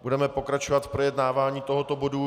Budeme pokračovat v projednávání tohoto bodu.